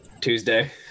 Tuesday